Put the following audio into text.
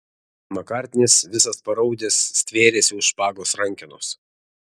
makartnis visas paraudęs stvėrėsi už špagos rankenos